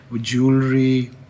jewelry